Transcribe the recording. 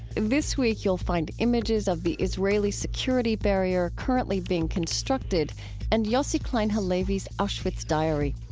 this week you'll find images of the israeli security barrier currently being constructed and yossi klein halevi's auschwitz diary.